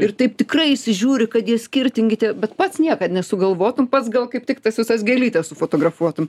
ir taip tikrai įsižiūri kad jie skirtingi tie bet pats niekad nesugalvotum pats gal kaip tik tas visas gėlytes sufotografuotum